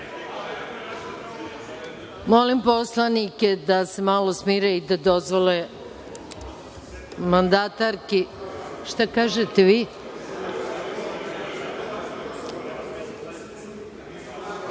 Molim poslanike da se malo smire i da dozvole mandatarki…(Vladimir